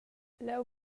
leu